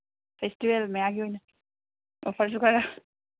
festival ꯃꯌꯥꯒꯤ ꯑꯣꯏꯅ ꯑꯣꯐꯔꯁꯨ ꯈꯔ